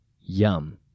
Yum